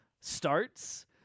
starts